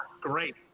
great